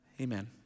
Amen